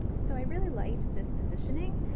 so i really liked this positioning,